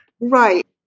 Right